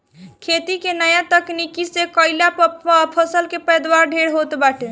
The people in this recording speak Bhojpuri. खेती के नया तकनीकी से कईला पअ फसल के पैदावार ढेर होत बाटे